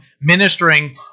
ministering